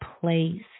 place